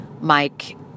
Mike